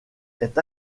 est